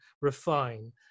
refine